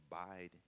abide